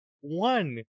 one